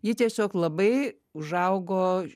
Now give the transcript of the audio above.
ji tiesiog labai užaugo